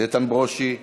איתן ברושי,